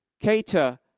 cater